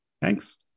Thanks